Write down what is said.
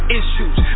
issues